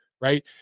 right